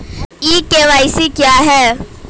ई KYC क्या है?